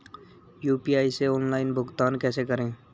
UPI से online भुगतान कैसे करें?